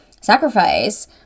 sacrifice